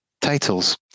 titles